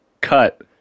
cut